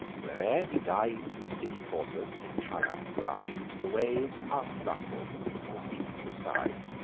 where'er he guides his finny coursers and in triumph rides, the waves unruffle and the sea subsides.